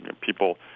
people